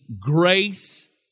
grace